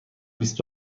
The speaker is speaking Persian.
بیست